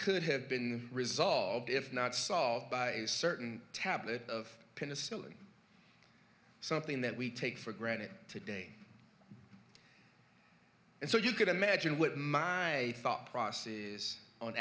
could have been resolved if not solved by a certain tablet of penicillin something that we take for granted today and so you can imagine what my thought processes on